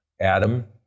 Adam